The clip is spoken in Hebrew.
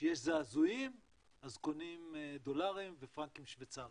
כשיש זעזועים אז קונים דולרים ופרנקים שוויצריים.